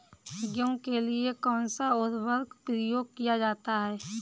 गेहूँ के लिए कौनसा उर्वरक प्रयोग किया जाता है?